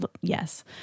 yes